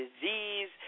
disease